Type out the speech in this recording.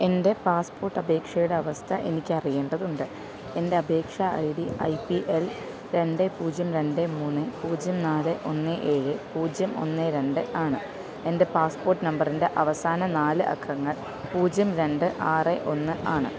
എൻ്റെ പാസ്പോർട്ട് അപേക്ഷയുടെ അവസ്ഥ എനിക്ക് അറിയേണ്ടതുണ്ട് എൻ്റെ അപേക്ഷാ I D I P L രണ്ട് പൂജ്യം രണ്ട് മൂന്ന് പൂജ്യം നാല് ഒന്ന് ഏഴ് പൂജ്യം ഒന്ന് രണ്ട് ആണ് എൻ്റെ പാസ്പോർട്ട് നമ്പറിൻ്റെ അവസാന നാല് അക്കങ്ങൾ പൂജ്യം രണ്ട് ആറ് ഒന്ന് ആണ്